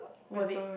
worth it